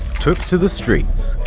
took to the streets!